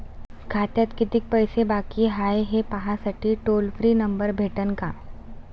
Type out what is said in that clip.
खात्यात कितीकं पैसे बाकी हाय, हे पाहासाठी टोल फ्री नंबर भेटन का?